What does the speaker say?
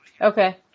Okay